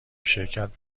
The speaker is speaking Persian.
شرکت